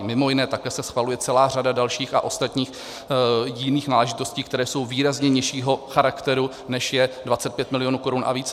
Mimo jiné takhle se schvaluje celá řada dalších a ostatních jiných náležitostí, které jsou výrazně nižšího charakteru, než je 25 milionů a více.